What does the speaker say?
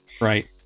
Right